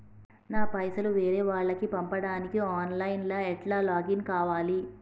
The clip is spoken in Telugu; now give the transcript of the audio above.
నా పైసల్ వేరే వాళ్లకి పంపడానికి ఆన్ లైన్ లా ఎట్ల లాగిన్ కావాలి?